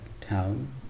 town